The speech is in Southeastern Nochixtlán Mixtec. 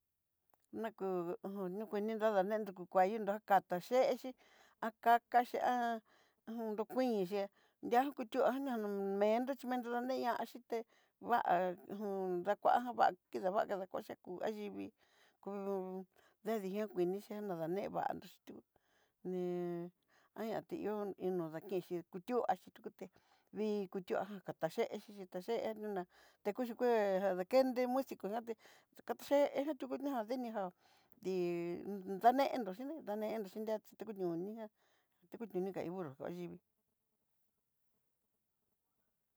Na kú na kuii nana nendó, kuka yundó kata ye'exí, kaxí uinxhí, ndia kutu'a nanó mendó xhí mendó neñaxhite vaa j dakua vaa, kidakua kadakuche kú anyivii kuuu dadi na kuini, che nanevaxí kutuaxí ti'ó kuté vii kutu'a katá yexí xhí taye'e nena teku xhikue, jadakendé musico iháte katayée kutuxía dinijó ndi ndanendó xhiná danendo xhi tikoñoo nijá tikoñoo ní ka iin burro kayivii.